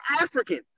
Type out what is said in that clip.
African